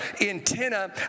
antenna